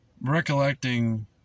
recollecting